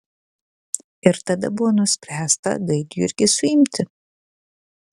ir tada buvo nuspręsta gaidjurgį suimti